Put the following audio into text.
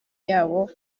yabo